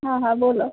હા હા બોલો